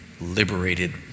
liberated